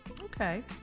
Okay